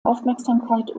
aufmerksamkeit